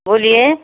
बोलिए